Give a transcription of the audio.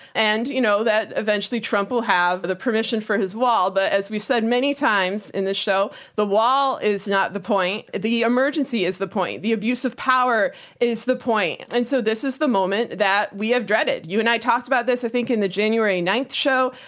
and you know that eventually trump will have the permission for his wall. but as we've said many times in the show, the wall is not the point. the emergency is the point. the abuse of power is the point. and so this is the moment that we have dreaded, you and i talked about this i think in the january ninth show.